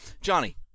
Johnny